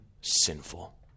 Sinful